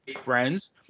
friends